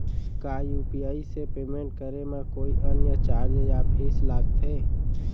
का यू.पी.आई से पेमेंट करे म कोई अन्य चार्ज या फीस लागथे?